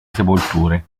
sepolture